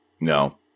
No